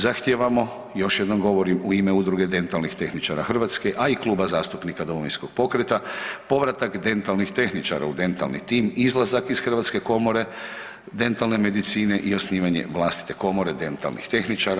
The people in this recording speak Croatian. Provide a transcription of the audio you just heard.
Zahtijevamo još jednom govorim u ime Udruge dentalnih tehničara Hrvatske, a i Kluba zastupnika Domovinskog pokreta povratak dentalnih tehničara u dentalni tim, izlazak iz Hrvatske komore dentalne medicine i osnivanje vlastite komore dentalnih tehničara.